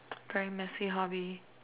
very messy hobby